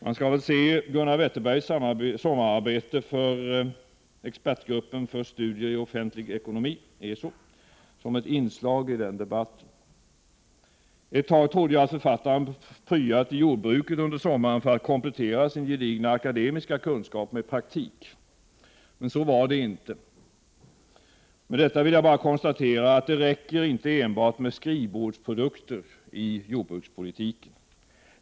Man skall väl se Gunnar Wetterbergs sommararbete för expertgruppen för studier i offentlig ekonomi, ESO, som ett inslag i den debatten. Ett tag trodde jag att författaren pryat i jordbruket under sommaren för att komplettera sin gedigna akademiska kunskap med praktik. Men så var det inte. Med detta vill jag bara konstatera att det inte räcker med enbart skrivbordsprodukter i jordbrukspolitiken.